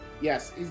Yes